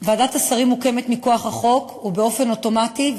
ועדת השרים מוקמת מכוח החוק ובאופן אוטומטי,